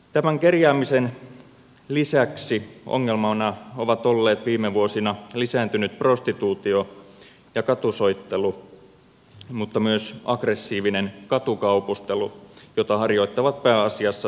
tämän kerjäämisen lisäksi ongelmana ovat olleet viime vuosina lisääntynyt prostituutio ja katusoittelu mutta myös aggressiivinen katukaupustelu jota harjoittavat pääasiassa samat henkilöt